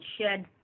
shed